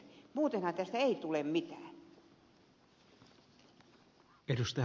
muutenhan tästä ei tule mitään